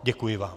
Děkuji vám.